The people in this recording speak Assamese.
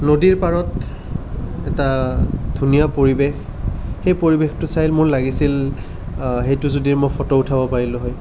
নদীৰ পাৰত এটা ধুনীয়া পৰিৱেশ সেই পৰিৱেশটো চাই মোৰ লাগিছিল সেইটো যদি মই ফটো উঠাব পাৰিলোঁ হয়